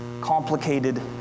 complicated